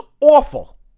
awful